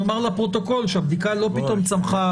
נאמר לפרוטוקול שהבדיקה לא פתאום הצמיחה